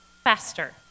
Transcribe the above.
Faster